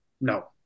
No